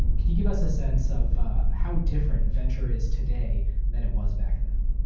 can you give us a sense of how different venture is today than it was back then?